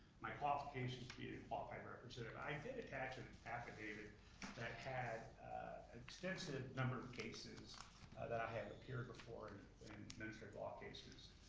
my qualifications for being a qualified representative. i did attach an affidavit that has extensive number of cases that i have appeared before, in administrative law cases,